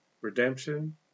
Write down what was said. redemption